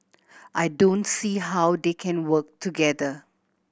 I don't see how they can work together